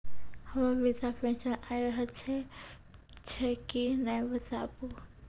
हमर वृद्धा पेंशन आय रहल छै कि नैय बताबू?